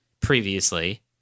previously –